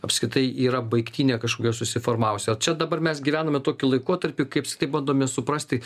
apskritai yra baigtinė kažkokia susiformavusi o čia dabar mes gyvename tokiu laikotarpiu kai apskritai bandome suprasti